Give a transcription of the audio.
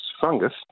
fungus